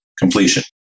completion